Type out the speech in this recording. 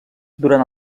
durant